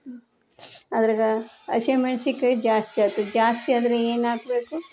ಅದ್ರಾಗ ಹಶೆಮೆಣ್ಸಿಕಾಯ್ ಜಾಸ್ತಿ ಆಯ್ತು ಜಾಸ್ತಿ ಆದರೆ ಏನು ಹಾಕ್ಬೇಕು